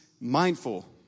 mindful